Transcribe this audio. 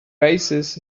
oasis